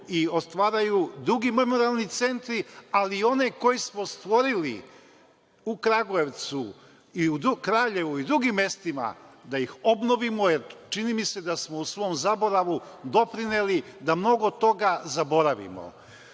i otvaraju memorijalni centri ali i one koje smo stvorili u Kragujevcu, Krljevu i u drugim mestima, da ih obnovimo jer čini mi se da smo u svom zaboravu doprineli da mnogo toga zaboravimo.Zašto?